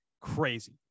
crazy